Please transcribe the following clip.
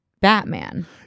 batman